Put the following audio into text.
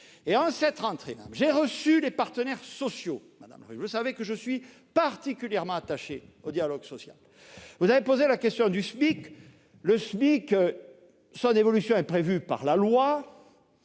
En cette rentrée, j'ai reçu les partenaires sociaux. Madame la sénatrice, vous savez que je suis particulièrement attaché au dialogue social. Vous avez posé la question du SMIC. L'évolution de ce dernier est prévue par la loi.